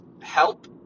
help